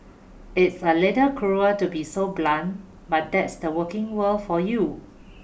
it's a little cruel to be so blunt but that's the working world for you